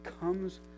comes